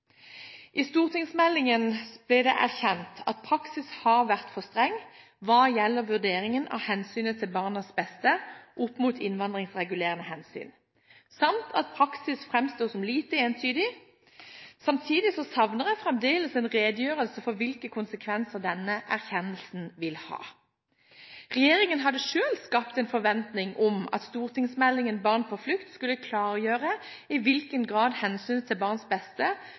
I stortingsmeldingen blir det erkjent at praksis har vært for streng hva gjelder vurderingen av hensynet til barnets beste opp mot innvandringsregulerende hensyn samt at praksis framstår som lite entydig. Samtidig savner jeg fremdeles en redegjørelse for hvilke konsekvenser denne erkjennelsen vil ha. Regjeringen hadde selv skapt en forventning om at stortingsmeldingen Barn på flukt skulle klargjøre i hvilken grad hensynet til barnets beste